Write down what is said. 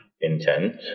intent